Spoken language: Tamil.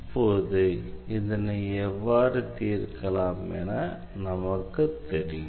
இப்போது இதனை எவ்வாறு தீர்க்கலாம் என நமக்குத் தெரியும்